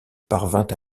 parvint